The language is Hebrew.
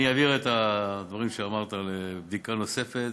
אני אעביר את הדברים שאמרת לבדיקה נוספת,